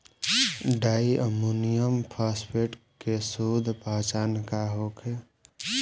Di ammonium phosphate के शुद्ध पहचान का होखे?